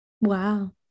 Wow